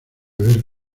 ver